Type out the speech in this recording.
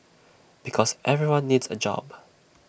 because everyone needs A job